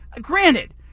Granted